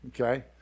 Okay